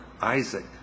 Isaac